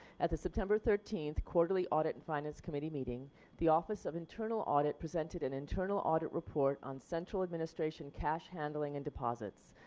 at the september thirteenth quarterly audit and finance committee meeting the office of internal audits presented an internal audit report on central administration cash handling and deposits.